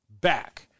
back